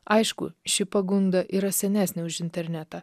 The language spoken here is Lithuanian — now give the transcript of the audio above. aišku ši pagunda yra senesnė už internetą